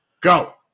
Go